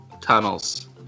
tunnels